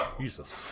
Jesus